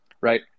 right